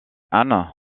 anne